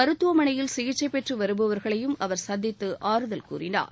மருத்துவமனையில் சிகிச்சை பெற்று வருபவர்களையும் அவர் சந்தித்து ஆறுதல் கூறினார்